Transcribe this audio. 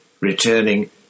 returning